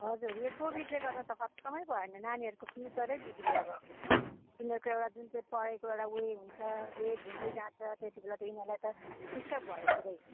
हजुर यो कोबिडले गर्दा त खत्तमै भयो नि नानीहरूको फ्युचरै बिग्रियो अब तिनीहरूको एउटा जुन चाहिँ पढाइको एउटा वे हुन्छ वेभ हुँदै जान्छ त्यतिबेला त यिनीहरूलाई त डिस्टर्ब भयो पुरै